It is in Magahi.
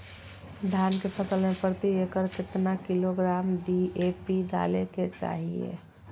धान के फसल में प्रति एकड़ कितना किलोग्राम डी.ए.पी डाले के चाहिए?